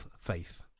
faith